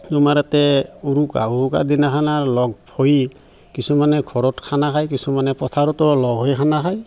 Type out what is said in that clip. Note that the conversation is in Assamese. তোমাৰ ইয়াতে উৰুকা উৰুকা দিনাখন আৰ লগ হৈ কিছুমানে ঘৰত খানা খায় কিছুমানে পথাৰতো লগ হৈ খানা খায়